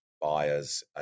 buyers